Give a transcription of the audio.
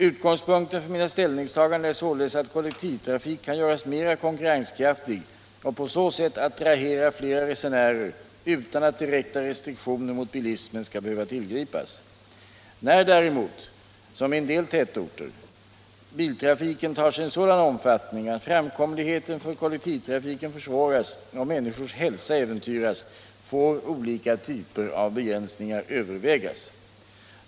Utgångspunkten för mina ställningstaganden är således att kollektivtrafiken kan göras mer konkurrenskraftig och på så sätt attrahera fler resenärer utan att direkta restriktioner mot bilismen skall behöva tillgripas. När däremot biltrafiken — som i en del tätorter — tar sig en sådan omfattning att framkomligheten för kollektivtrafiken försvåras och människors hälsa äventyras, får olika typer av begränsningar övervägas.